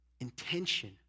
Intention